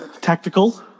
tactical